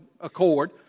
accord